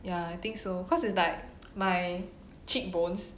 ya I think so cause it's like my cheek bones